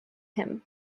him